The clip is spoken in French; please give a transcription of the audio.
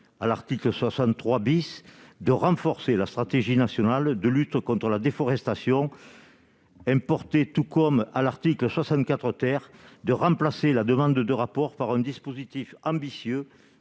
à l'article 63 bis de renforcer la stratégie nationale de lutte contre la déforestation importée, tout comme à l'article 64, terre de remplacer la demande de rapport par un dispositif ambitieux